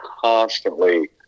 constantly